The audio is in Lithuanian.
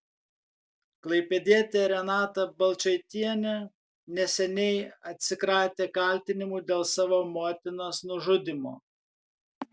klaipėdietė renata balčaitienė neseniai atsikratė kaltinimų dėl savo motinos nužudymo